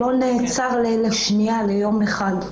הוא לא נעצר לשנייה, ליום אחד.